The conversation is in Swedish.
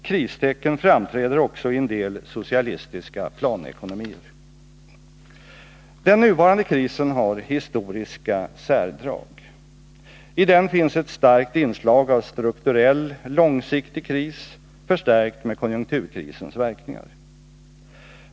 Kristecken framträder också i en del socialistiska planekonomier. Den nuvarande krisen har historiska särdrag. I den finns ett starkt inslag av strukturell, långsiktig kris förstärkt med konjunkturkrisens verkningar.